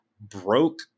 broke